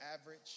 average